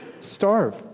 starve